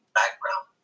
background